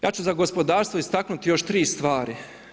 Ja ću za gospodarstvo istaknuti još tri stvari.